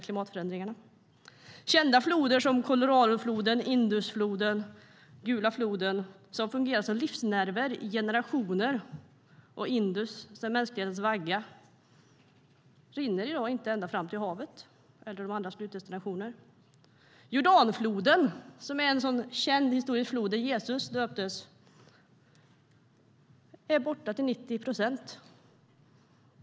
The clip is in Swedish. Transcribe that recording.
Kända floder som Coloradofloden, Indusfloden och Gula floden har fungerat som livsnerver i generationer - Indusfloden sedan mänsklighetens vagga - men rinner i dag inte ända fram till havet eller sina andra slutdestinationer. Jordanfloden, som är den kända historiska flod där Jesus döptes, är borta till 90 procent.